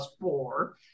four